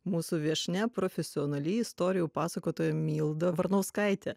mūsų viešnia profesionali istorijų pasakotoja milda varnauskaitė